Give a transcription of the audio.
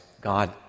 God